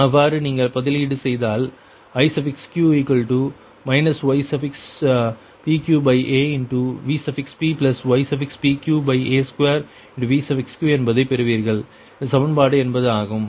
அவ்வாறு நீங்கள் பதிலீடு செய்தால் Iq ypqaVpypqa2Vq என்பதை பெறுவீர்கள் இது சமன்பாடு 80 ஆகும்